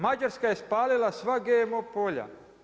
Mađarska je spalila sva GMO polja.